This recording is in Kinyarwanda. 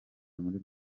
muri